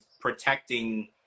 Protecting